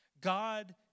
God